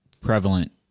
prevalent